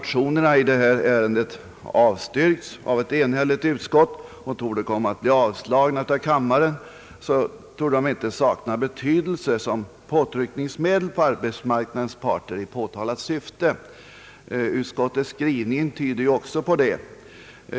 ta ärende avstyrkts av ett enhälligt utskott och torde komma att bli avslagna av kammaren, torde de inte sakna betydelse som påtryckningsmedel på arbetsmarknadens parter i avsett syfte. Utskottets skrivning tyder också på det.